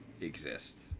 exist